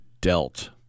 dealt